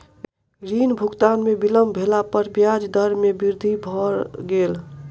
ऋण भुगतान में विलम्ब भेला पर ब्याज दर में वृद्धि भ गेल